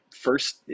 First